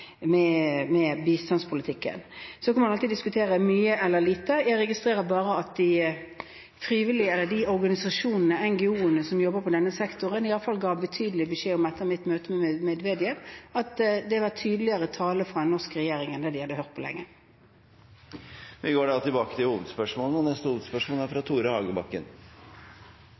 de frivillige – eller de organisasjonene, NGO-ene – som jobber i denne sektoren, ga tydelig beskjed om, etter mitt møte med Medvedev, at det var tydeligere tale fra en norsk regjering enn de hadde hørt på lenge. Vi går videre til neste hovedspørsmål. Igjen opplever innlandet flom og